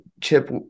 Chip